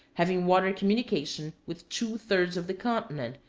having water communication with two thirds of the continent,